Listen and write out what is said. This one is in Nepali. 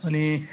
अनि